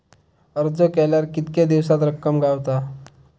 अर्ज केल्यार कीतके दिवसात रक्कम गावता?